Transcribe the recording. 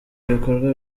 bikorwa